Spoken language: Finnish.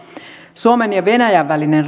suomen ja venäjän välinen